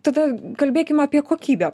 tada kalbėkim apie kokybę